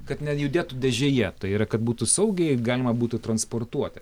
kad nejudėtų dėžėje tai yra kad būtų saugiai galima būtų transportuoti